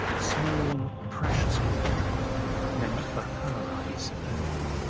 a small, precious portrait meant for her eyes only.